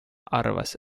arvas